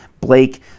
Blake